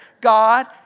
God